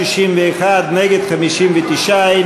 מי נגד ההסתייגות?